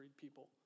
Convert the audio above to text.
people